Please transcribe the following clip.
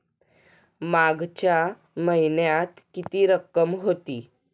मागच्या महिन्यात किती रक्कम होती?